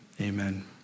amen